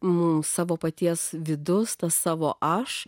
mums savo paties vidus tas savo aš